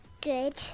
Good